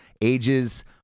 ages